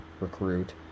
recruit